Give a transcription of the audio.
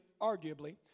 arguably